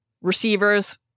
Receivers